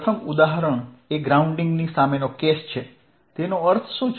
પ્રથમ ઉદાહરણ એ ગ્રાઉન્ડિંગની સામેનો ચાર્જ છે તેનો અર્થ શું છે